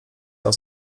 aus